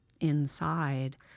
inside